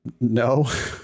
No